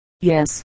yes